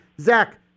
Zach